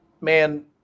Man